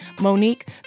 Monique